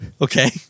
okay